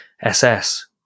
ss